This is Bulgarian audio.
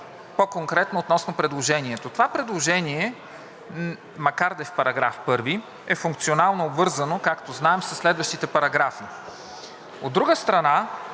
По-конкретно относно предложението. Това предложение макар да е в § 1 е функционално обвързано, както знаем със следващите параграфи. От друга страна,